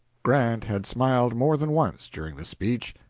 grant had smiled more than once during the speech,